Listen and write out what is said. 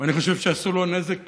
ואני חושב שעשו לו נזק